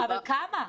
אבל כמה?